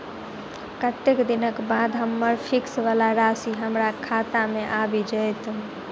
कत्तेक दिनक बाद हम्मर फिक्स वला राशि हमरा खाता मे आबि जैत?